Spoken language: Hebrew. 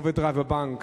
אוברדרפט, בבנק,